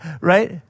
Right